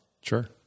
Sure